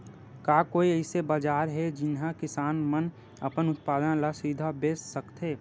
का कोई अइसे बाजार हे जिहां किसान मन अपन उत्पादन ला सीधा बेच सकथे?